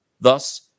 Thus